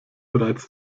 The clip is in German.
bereits